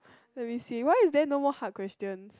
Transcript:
let me see why is there no more hard questions